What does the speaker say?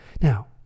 Now